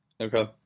Okay